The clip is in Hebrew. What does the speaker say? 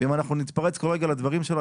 ואם אנחנו נתפרץ כל רגע לדברים שלו,